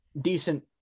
decent